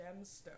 Gemstone